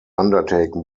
undertaken